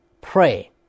Pray